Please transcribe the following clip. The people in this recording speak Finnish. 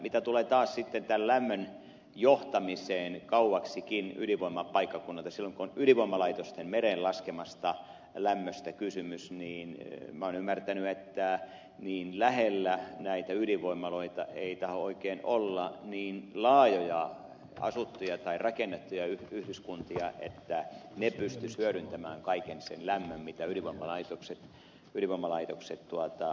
mitä tulee taas tämän lämmön johtamiseen kauaksikin ydinvoimapaikkakunnalta silloin kun on ydinvoimalaitosten mereen laskemasta lämmöstä kysymys niin minä olen ymmärtänyt että niin lähellä näitä ydinvoimaloita ei tahdo oikein olla niin laajoja asuttuja tai rakennettuja yhdyskuntia että ne pystyisivät hyödyntämään kaiken sen lämmön minkä ydinvoimalaitokset tuottavat